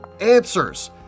answers